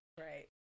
Right